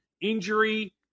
injury